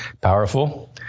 powerful